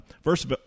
first